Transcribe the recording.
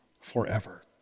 forever